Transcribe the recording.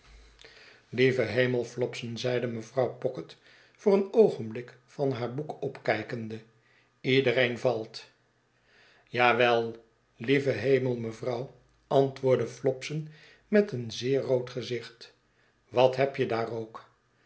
lieve hemel fiopson zeide mevrouw pocket voor een oogenblik van haar boek opkijkende iedereen valt ja wel lieve hemel mevrouw antwoordde fiopson met een zeer rood gezicht wat heb je daar ook